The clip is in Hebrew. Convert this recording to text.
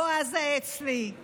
בועז העצני,